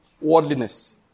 Worldliness